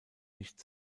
nicht